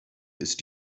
ist